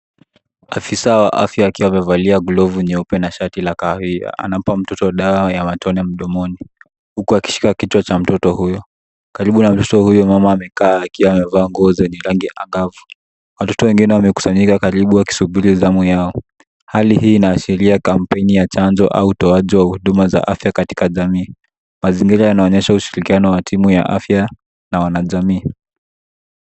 Afisa wa afya akiwa amevalia glovu nyeupe na shati la kahawia. Anampa mtoto dawa ya matone mdomoni huku akishika kichwa cha mtoto huyo. Karibu na mtoto huyo mama amekaa, akiwa amevaa nguo zenye rangi angavu. Watoto wengine wamekusanyika karibu wakisubiri zamu yao. Hali hii inaashiria kampeni ya chanjo au utoaji wa huduma za afya katika jamii. Mazingira yanaonyesha ushirikiano wa timu ya afya na wanajamii.